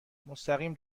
مستقیم